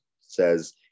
says